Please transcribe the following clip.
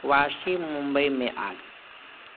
वाशी मुंबई में आग